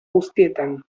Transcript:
guztietan